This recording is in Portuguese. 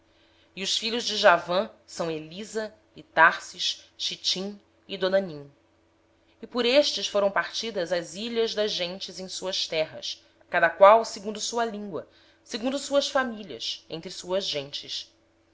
e togarma os filhos de javã elisá társis quitim e dodanim por estes foram repartidas as ilhas das nações nas suas terras cada qual segundo a sua língua segundo as suas famílias entre as suas